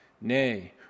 Nay